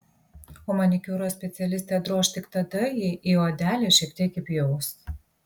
o manikiūro specialistę droš tik tada jei į odelę šiek tiek įpjaus